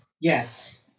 Yes